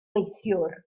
neithiwr